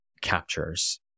captures